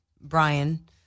Brian